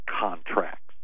contracts